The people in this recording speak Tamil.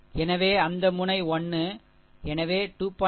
எனவே அந்த முனை 1 எனவே 2